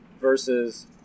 versus